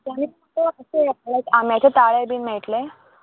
आनी ते आम्याचे ताळे बीन मेळटलें